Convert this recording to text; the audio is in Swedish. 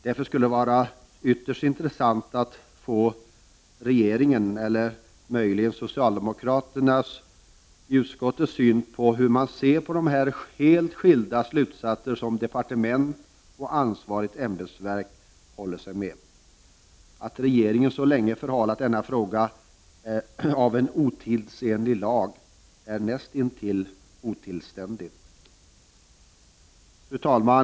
Därför skulle det vara ytterst intressant att få regeringens och möjligen socialdemokraternas i utskottet syn på hur man ser på de helt skilda slutsatser som departement och ansvarigt ämbetsverk håller sig med. Att regeringen så länge förhalat denna fråga om en otidsenlig lag är näst intill otillständigt. Fru talman!